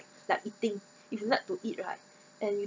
like eating if you like to eat right and you